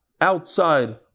outside